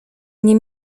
nie